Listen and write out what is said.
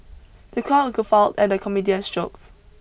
the crowd guffawed at the comedian's jokes